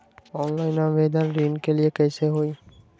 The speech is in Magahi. ऑनलाइन आवेदन ऋन के लिए कैसे हुई?